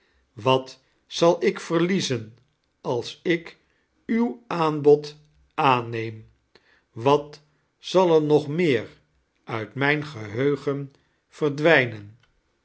wat zal ik verliezen als ik uw aanbod aanneem wat zal er nog meer uit mijn geheugen verdwijnen